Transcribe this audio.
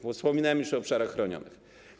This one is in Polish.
Wspominałem już o obszarach chronionych.